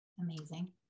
amazing